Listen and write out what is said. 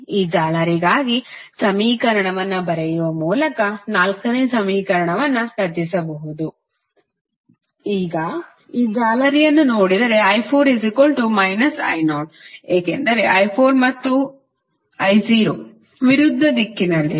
ಈ ಜಾಲರಿಗಾಗಿ ಸಮೀಕರಣವನ್ನು ಬರೆಯುವ ಮೂಲಕ ನಾಲ್ಕನೆಯ ಸಮೀಕರಣವನ್ನು ರಚಿಸಬಹುದು ಈಗ ಈ ಜಾಲರಿಯನ್ನು ನೋಡಿದರೆ i4 I0 ಏಕೆಂದರೆ i4 ಮತ್ತು I0 ವಿರುದ್ಧ ದಿಕ್ಕಿನಲ್ಲಿವೆ